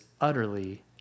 utterly